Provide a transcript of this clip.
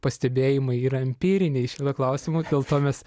pastebėjimai yra empiriniai šituo klausimu dėl to mes